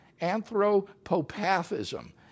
Anthropopathism